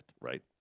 right